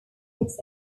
its